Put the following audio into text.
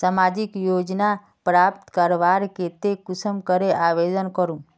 सामाजिक योजना प्राप्त करवार केते कुंसम करे आवेदन करूम?